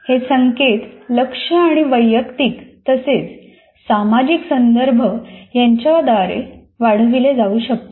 हे संकेत लक्ष आणि वैयक्तिक तसेच सामाजिक संदर्भ यांच्याद्वारे वाढविले जाऊ शकतात